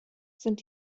sind